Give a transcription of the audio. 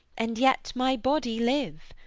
and yet my body live,